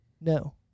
No